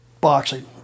Boxing